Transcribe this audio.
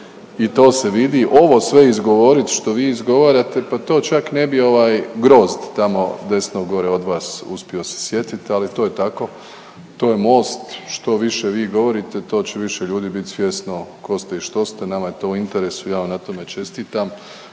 i to se vidi. Ovo sve izgovorit što vi izgovarate, pa to čak ne bi ovaj grozd tamo desno gore od vas uspio se sjetiti ali to je tako, to je Most. Što više vi govorite to će više ljudi bit svjesno tko ste i što ste, nama je to u interesu, ja vam na tome čestitam.